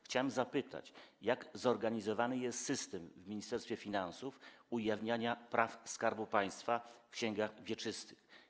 Chciałem zapytać, jak zorganizowany jest w Ministerstwie Finansów system ujawniania praw Skarbu Państwa w księgach wieczystych.